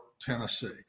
Tennessee